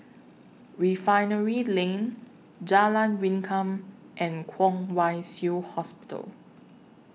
Refinery Lane Jalan Rengkam and Kwong Wai Shiu Hospital